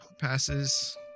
passes